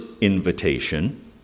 invitation